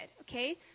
okay